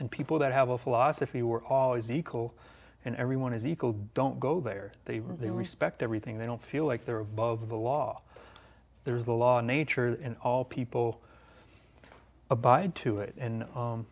and people that have a philosophy we're always equal and everyone is equal don't go there they really respect everything they don't feel like they're above the law there's a law in nature in all people abide to it and